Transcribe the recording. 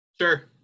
Sure